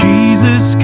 Jesus